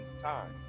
time